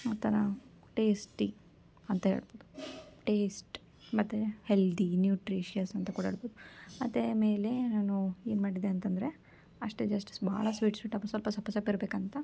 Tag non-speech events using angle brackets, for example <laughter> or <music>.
ಒಂಥರ ಟೇಸ್ಟಿ ಅಂತ ಹೇಳ್ಬೋದು ಟೇಸ್ಟ್ ಮತ್ತು ಹೆಲ್ದಿ ನ್ಯೂಟ್ರಿಷಿಯಸ್ ಅಂತ ಕೂಡ ಹೇಳ್ಬೋದ್ ಮತ್ತು ಮೇಲೆ ನಾನು ಏನು ಮಾಡಿದೆ ಅಂತಂದರೆ ಅಷ್ಟೆ ಜಸ್ಟ್ ಭಾಳ ಸ್ವೀಟ್ ಸ್ವೀಟ್ <unintelligible> ಸ್ವಲ್ಪ ಸ್ವಲ್ಪ ಸಪ್ಪೆ ಇರಬೇಕಂತ